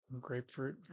Grapefruit